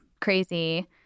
crazy